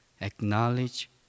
acknowledge